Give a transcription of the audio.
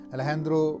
Alejandro